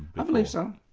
i believe so,